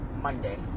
monday